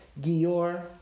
Gior